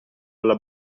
alla